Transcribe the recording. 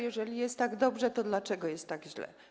Jeżeli jest tak dobrze, to dlaczego jest tak źle?